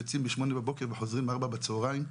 הם יוצאים בשמונה בבוקר וחוזרים בארבע בצהריים.